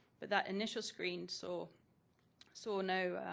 but that initial screen so saw no